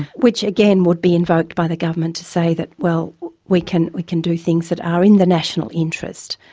which again would be invoked by the government to say that, well, we can we can do things that are in the national interest,